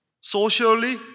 Socially